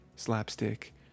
slapstick